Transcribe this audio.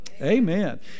Amen